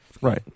Right